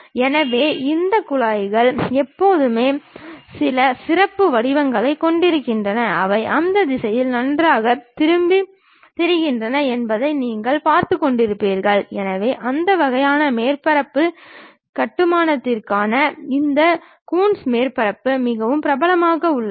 எனவே இந்த குழாய்கள் எப்போதுமே சில சிறப்பு வடிவங்களைக் கொண்டிருக்கின்றன அவை அந்த திசைகளில் நன்றாகத் திரும்பித் திரிகின்றன என்பதை நீங்கள் பார்த்துக் கொண்டிருக்கிறீர்கள் என்றால் அந்த வகையான மேற்பரப்பு கட்டுமானத்திற்காக இந்த கூன்ஸ் மேற்பரப்புகள் மிகவும் பிரபலமாக உள்ளன